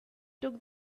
took